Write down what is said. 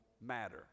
matter